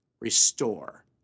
restore